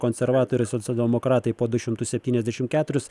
konservatoriai socialdemokratai po du šimtus septyniasdešim keturis